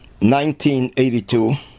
1982